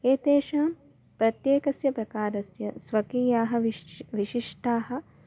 एतेषु प्रत्येकस्य प्रकारस्य स्वकीयाः विशिष्टः विशिष्टाः